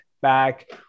back